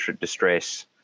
distress